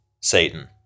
Satan